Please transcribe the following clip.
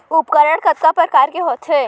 उपकरण कतका प्रकार के होथे?